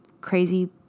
crazy